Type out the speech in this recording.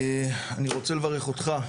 אני רוצה לברך אותך,